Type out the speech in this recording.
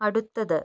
അടുത്തത്